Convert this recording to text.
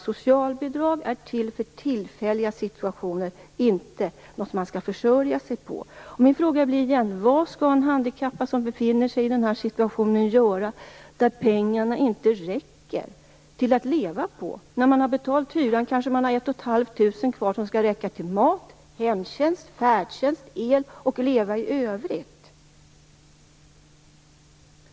Socialbidrag är till för tillfälliga situationer och är inte något som man skall försörja sig på. Min fråga blir då: Vad skall en handikappad göra när pengarna inte räcker för att leva på? När hyran är betald finns det kanske 1 500 kr kvar som skall räcka till mat, hemtjänst, färdtjänst, el och övriga levnadsomkostnader.